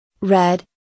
Red